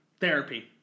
Therapy